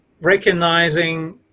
recognizing